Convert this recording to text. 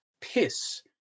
piss